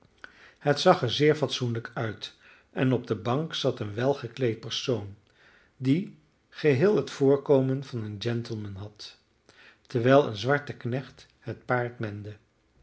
het zag er zeer fatsoenlijk uit en op de bank zat een welgekleed persoon die geheel het voorkomen van een gentleman had terwijl een zwarte knecht het paard mende